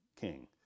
king